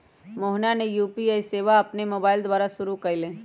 मोहना ने यू.पी.आई सेवा अपन मोबाइल द्वारा शुरू कई लय